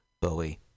Bowie